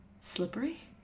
slippery